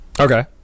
Okay